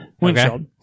windshield